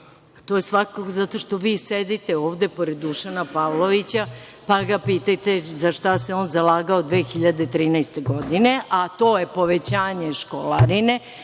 to je svakako zato što vi sedite ovde pored Dušana Pavlovića, pa ga pitajte za šta se on zalagao 2013. godine, a to je povećanje školarine